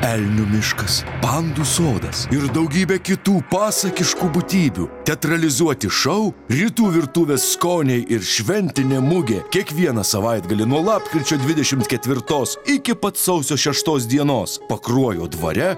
elnių miškas pandų sodas ir daugybė kitų pasakiškų būtybių teatralizuoti šou rytų virtuvės skoniai ir šventinė mugė kiekvieną savaitgalį nuo lapkričio dvidešimt ketvirtos iki pat sausio šeštos dienos pakruojo dvare